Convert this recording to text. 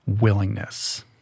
willingness